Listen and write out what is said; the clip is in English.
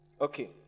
okay